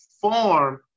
form